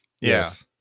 Yes